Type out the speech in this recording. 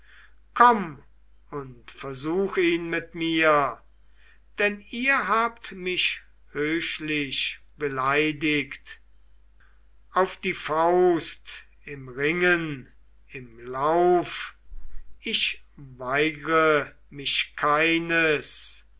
komm und versuch ihn mit mir denn ihr habt mich höchlich beleidigt auf die faust im ringen im lauf ich weigre mich keines